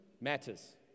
matters